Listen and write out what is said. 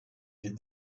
did